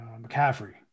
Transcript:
McCaffrey